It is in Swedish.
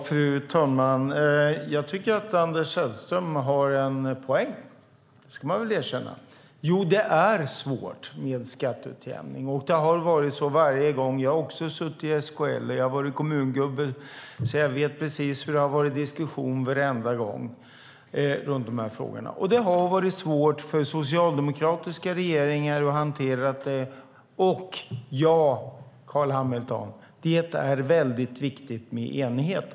Fru talman! Jag tycker att Anders Sellström har en poäng: Det är svårt med skatteutjämning. Jag har också suttit i SKL och jag har varit kommungubbe och vet vilken diskussion det har varit varje gång de här frågorna har varit uppe. Det har varit svårt för socialdemokratiska regeringar att hantera detta. Ja, Carl Hamilton, det är väldigt viktigt med enighet.